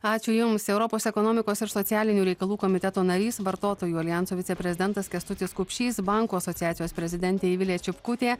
ačiū jums europos ekonomikos ir socialinių reikalų komiteto narys vartotojų aljanso viceprezidentas kęstutis kupšys bankų asociacijos prezidentė ivilė čipkutė